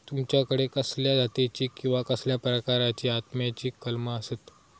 तुमच्याकडे कसल्या जातीची किवा कसल्या प्रकाराची आम्याची कलमा आसत?